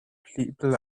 people